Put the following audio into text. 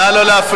נא לא להפריע.